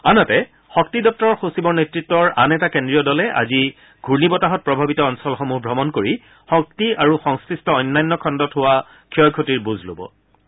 আনহাতে শক্তি দপ্তৰৰ সচিবৰ নেত্ৰত্বৰ আন এটা কেন্দ্ৰীয় দলে আজি ঘূৰ্ণীবতাহত প্ৰভাৱিত অঞ্চলসমূহ ভ্ৰমণ কৰি শক্তি আৰু সংমিষ্ট অন্যান্য খণ্ডত হোৱা ক্ষয় ক্ষতিৰ বুজ ল'ব